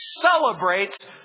celebrates